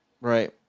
Right